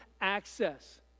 Access